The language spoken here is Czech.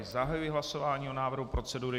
Zahajuji hlasování o návrhu procedury.